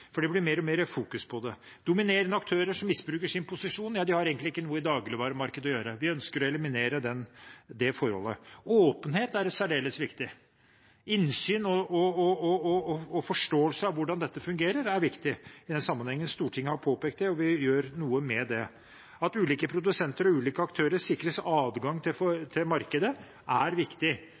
for det blir mer og mer fokus på det. Dominerende aktører som misbruker sin posisjon, har egentlig ikke noe i dagligvaremarkedet å gjøre. Vi ønsker å eliminere det forholdet. Åpenhet er særdeles viktig. Innsyn i og forståelse av hvordan dette fungerer, er viktig i denne sammenhengen. Stortinget har påpekt det, og vi gjør noe med det. At ulike produsenter og ulike aktører sikres adgang til markedet, er viktig. Mye har skjedd fra 2011 og fram til i dag, men mye må skje også etter at vi er